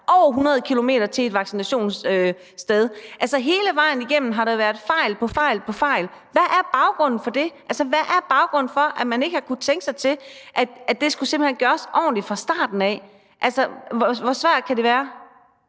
over 100 km til et vaccinationssted. Hele vejen igennem har der været fejl på fejl. Hvad er baggrunden for det? Hvad er baggrunden for, at man ikke har kunnet tænke sig til, at det simpelt hen skulle gøres ordentligt fra starten af? Hvor svært kan det være?